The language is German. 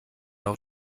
auf